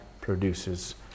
produces